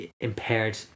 impaired